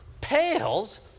pales